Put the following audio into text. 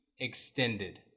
extended